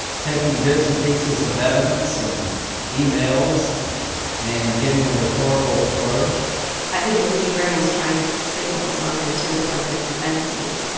taking bits and pieces of evidence and emails and giving a rhetorical flourish i think lindsey graham was trying to signal something to the president's defense team.